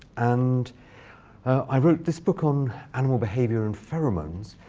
and i wrote this book on animal behavior and pheromones,